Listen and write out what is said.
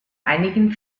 einigen